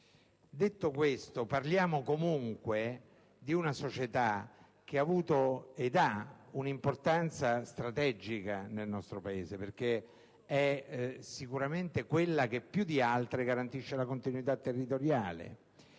quegli anni. Parliamo comunque di una società che ha avuto e ha un'importanza strategica nel nostro Paese, perché sicuramente più di altre garantisce la continuità territoriale.